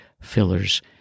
fillers